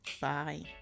Bye